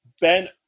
Ben